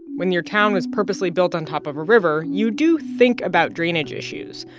when your town was purposely built on top of a river, you do think about drainage issues.